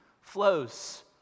flows